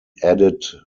added